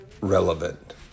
relevant